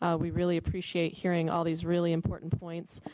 ah we really appreciate hearing all these really important points.